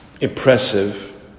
impressive